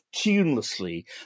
tunelessly